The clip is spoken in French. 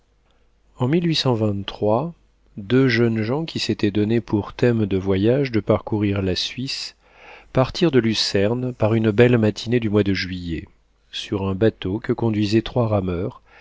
en deux jeunes gens qui s'étaient donné pour thème de voyage de parcourir la suisse partirent de lucerne par une belle matinée du mois de juillet sur un bateau que conduisaient trois rameurs